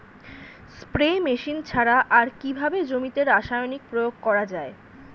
Spray machine ছাড়া আর কিভাবে জমিতে রাসায়নিক প্রয়োগ করা যায়?